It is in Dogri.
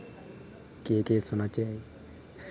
केह् केह् सनाचै